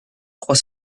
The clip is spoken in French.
trois